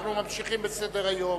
אנחנו ממשיכים בסדר-היום.